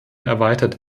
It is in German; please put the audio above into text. erweitert